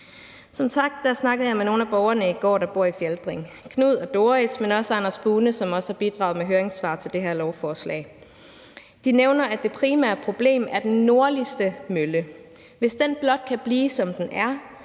Som sagt snakkede jeg i går med nogle af borgerne, der bor i Fjaltring – Knud og Doris, men også Anders Bune, som også har bidraget med høringssvar til det her lovforslag. De nævner, at det primære problem er den nordligste mølle. Hvis den blot kan blive, som den er,